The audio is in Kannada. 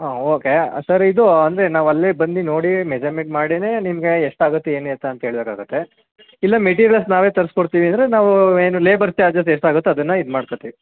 ಹಾಂ ಓಕೆ ಸರ್ ಇದು ಅಂದರೆ ನಾವು ಅಲ್ಲೆ ಬಂದು ನೋಡಿ ಮೆಸರ್ಮೆಂಟ್ ಮಾಡಿಯೇ ನಿಮಗೆ ಎಷ್ಟಾಗುತ್ತೆ ಏನು ಎತ್ತ ಅಂತ ಹೇಳ್ಬೇಕಾಗತ್ತೆ ಇಲ್ಲ ಮೆಟೀರಿಯಲ್ಸ್ ನಾವೇ ತರಿಸ್ಕೊಡ್ತಿವಿ ಅಂದರೆ ನಾವು ಏನು ಲೇಬರ್ ಚಾರ್ಜಸ್ ಎಷ್ಟಾಗುತ್ತೊ ಅದನ್ನು ಇದು ಮಾಡ್ಕೋತೀವಿ